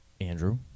Andrew